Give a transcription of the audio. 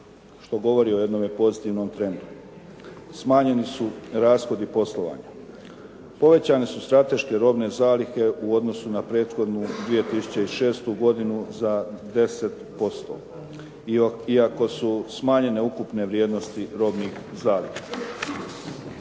što govori o jednom pozitivnom trendu. Smanjeni su rashodi poslovanja, povećane su strateške robne zalihe u odnosu na prethodnu 2006. godinu za 10%, iako su smanjene ukupne vrijednosti robnih zaliha.